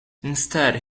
instead